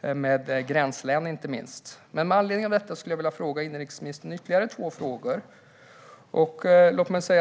minst i gränslän. Med anledning av detta skulle jag vilja ställa ytterligare två frågor till inrikesministern.